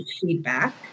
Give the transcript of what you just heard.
feedback